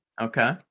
Okay